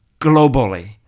globally